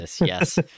yes